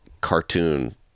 cartoon